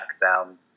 down